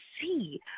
see